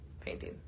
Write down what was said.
painting